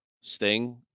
sting